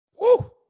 Woo